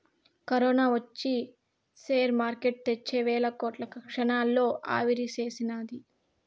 corona ఒచ్చి share market తెచ్చే వేల కోట్లు క్షణాల్లో ఆవిరిసేసినాది